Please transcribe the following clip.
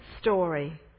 story